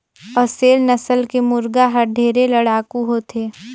असेल नसल के मुरगा हर ढेरे लड़ाकू होथे